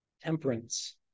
Temperance